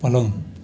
पलङ